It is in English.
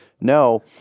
no